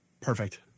Perfect